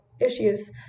issues